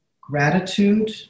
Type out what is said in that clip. gratitude